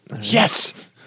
Yes